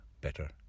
better